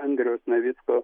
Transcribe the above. andriaus navicko